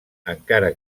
encara